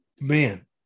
man